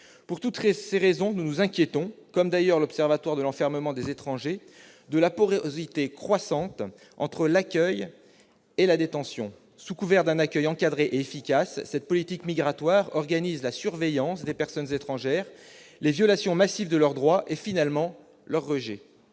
Pour toutes ces raisons, nous nous inquiétons, comme d'ailleurs l'Observatoire de l'enfermement des étrangers, de la porosité croissante entre l'accueil et la détention. Sous couvert d'un accueil encadré et efficace, cette politique migratoire organise la surveillance des personnes étrangères, des violations massives de leurs droits et, finalement, leur rejet.